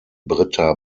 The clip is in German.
britta